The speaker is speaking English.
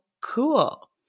cool